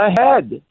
ahead